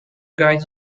guide